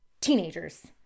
teenagers